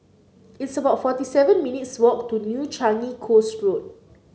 it's about forty seven minutes' walk to New Changi Coast Road